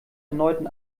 erneuten